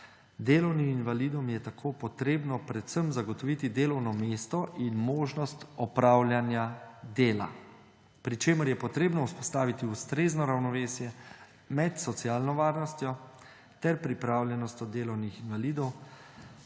Delovnim invalidom je tako potrebno predvsem zagotoviti delovno mesto in možnost opravljanja dela, pri čemer je potrebno vzpostaviti ustrezno ravnovesje med socialno varnostjo ter pripravljenostjo delovnih invalidov